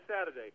saturday